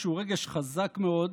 שהוא רגש חזק מאוד,